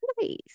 nice